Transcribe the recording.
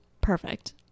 perfect